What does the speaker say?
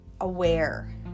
aware